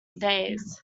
days